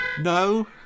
No